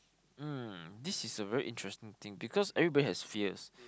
um this is a very interesting thing because everybody has fears